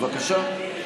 בבקשה.